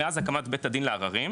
מאז הקמת בית הדין לערערים,